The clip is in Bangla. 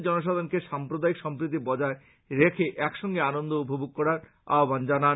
তিনি জনসাধারণকে সাম্প্রদায়িক সম্প্রীতি বজায় রেখে একসঙ্গে আনন্দ উপভোগ করার আহ্বান জানান